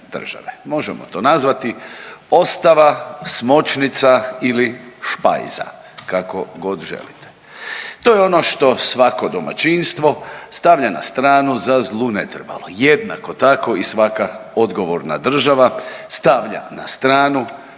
Možemo to nazvati ostava, smočnica ili špajza kako god želite. To je ono što svako domaćinstvo stavlja na stranu za zlu ne trebalo. Jednako tako i svaka odgovorna država stavlja na stranu